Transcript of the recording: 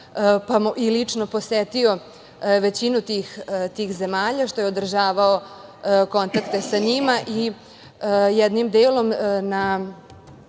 i lično posetio većinu tih zemalja, što je održavao kontakte sa njima i jednim delom na